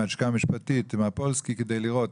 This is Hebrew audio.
הלשכה המשפטית בביטוח הלאומי כדי לראות.